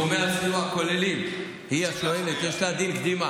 היא השואלת, יש לה דין קדימה.